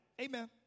Amen